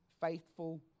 faithful